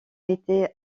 été